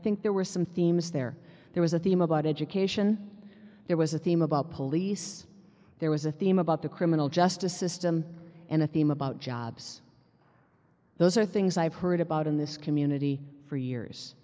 think there were some themes there there was a theme about education there was a theme about police there was a theme about the criminal justice system and a theme about jobs those are things i've heard about in this community for years